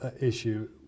issue